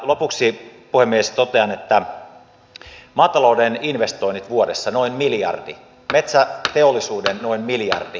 lopuksi puhemies totean että maatalouden investoinnit ovat vuodessa noin miljardi metsäteollisuuden noin miljardi